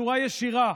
בצורה ישירה,